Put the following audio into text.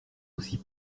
aussi